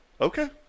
Okay